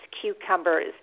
cucumbers